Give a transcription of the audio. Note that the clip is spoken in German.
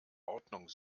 ordnung